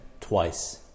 twice